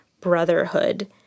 brotherhood